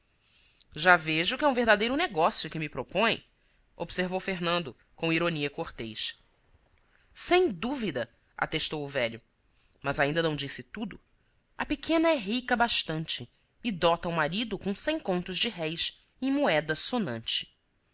já vejo que é um verdadeiro negócio que me propõe observou fernando com ironia cortês sem dúvida atestou o velho mas ainda não disse tudo a pequena é rica bastante e dota o marido com cem contos de réis em moeda sonante